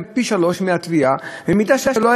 מכיוון שיש תופעות שלא בתום לב,